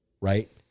Right